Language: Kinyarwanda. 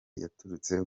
yaturutse